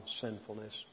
sinfulness